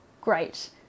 great